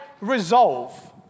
Resolve